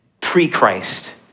pre-Christ